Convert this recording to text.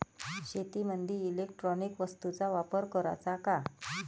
शेतीमंदी इलेक्ट्रॉनिक वस्तूचा वापर कराचा का?